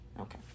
Okay